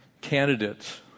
candidates